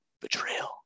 Betrayal